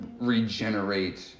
regenerate